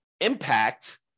impact